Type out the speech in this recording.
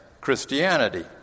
Christianity